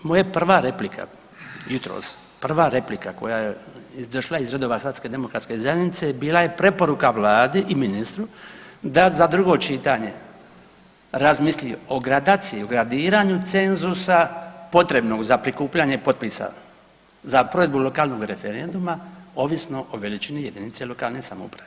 Moja prva replika jutros, prva replika koja je izašla iz redova HDZ-a bila je preporuka Vladi i ministru da za drugo čitanje razmisli o gradaciji, o gradiranju cenzusa potrebnog za prikupljanje potpisa za provedbu lokalnog referenduma ovisno o jedinici lokalne samouprave.